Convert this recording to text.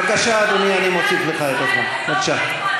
בבקשה, אדוני, אני מוסיף לך את הזמן, בבקשה.